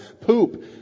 poop